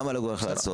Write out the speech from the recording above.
מה המל"ג הולך לעשות?